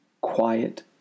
quiet